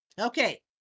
Okay